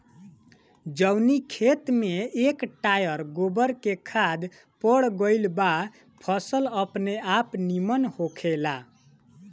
जवनी खेत में एक टायर गोबर के खाद पड़ गईल बा फसल अपनेआप निमन होखेला